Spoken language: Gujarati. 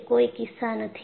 તે કોઈ કિસ્સા નથી